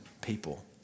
people